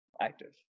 active